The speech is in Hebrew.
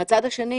מן הצד השני,